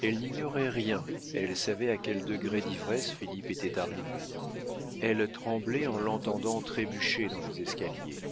elle n'ignorait rien elle savait à quel degré d'ivresse philippe était arrivé elle tremblait en l'entendant trébucher dans les escaliers